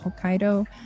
Hokkaido